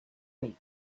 fate